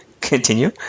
Continue